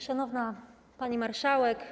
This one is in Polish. Szanowna Pani Marszałek!